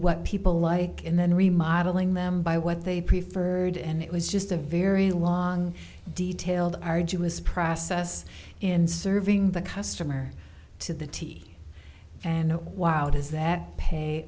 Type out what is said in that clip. what people like and then remodelling them by what they preferred and it was just a very long detailed arduous process in serving the customer to the tee and while it is that pay